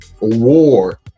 war